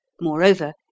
Moreover